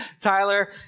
Tyler